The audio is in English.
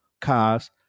cars